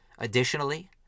Additionally